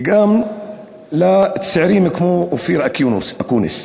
וגם לצעירים כמו אופיר אקוניס,